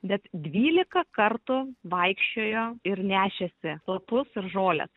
net dvylika kartų vaikščiojo ir nešėsi lapus ir žoles